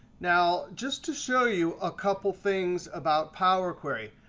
now, just to show you a couple things about power query.